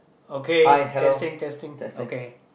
okay testing testing okay